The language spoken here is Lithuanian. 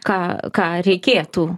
ką ką reikėtų